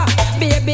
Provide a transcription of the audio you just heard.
Baby